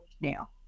now